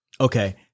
okay